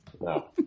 No